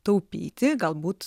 taupyti galbūt